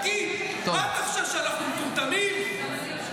די, די, בניתם קריירה מציניות.